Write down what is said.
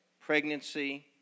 pregnancy